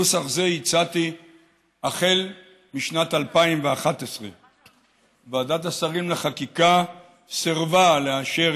נוסח זה הצעתי החל משנת 2011. ועדת השרים לחקיקה סירבה לאשר